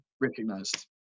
recognized